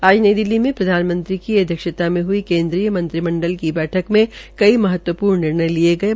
आज नई दिल्ली में प्रधानमंत्री की अध्यक्षता में हई केन्द्रीय मंत्रिमण्डल की बैठक में कई महत्वपूर्ण निर्णय लिये गये